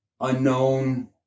unknown